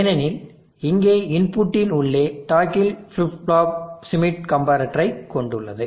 ஏனெனில் இங்கே இன்புட்டின் உள்ளே டாக்கில் ஃபிளிப் ஃப்ளாப் ஷ்மிட் கம்பரட்டரை கொண்டுள்ளது